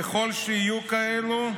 ככל שיהיו כאלה,